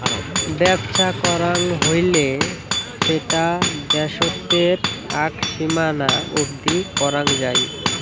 বেপছা করাং হৈলে সেটা দ্যাশোতের আক সীমানা অবদি করাং যাই